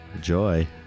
Joy